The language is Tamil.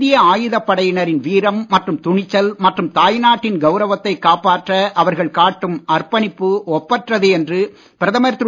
இந்திய ஆயுதப் படையினரின் வீரம் மற்றும் துணிச்சல் மற்றும் தாய்நாட்டின் கவுரவத்தைக் காப்பாற்ற அவர்கள் காட்டும் அர்ப்பணிப்பு ஒப்பற்றது என்று பிரதமர் திரு